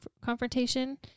confrontation